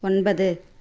ஒன்பது